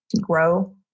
grow